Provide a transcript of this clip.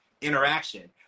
interaction